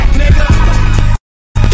nigga